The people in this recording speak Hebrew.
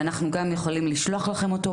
ואנחנו גם יכולים לשלוח לכם אותו.